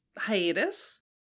Hiatus